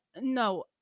no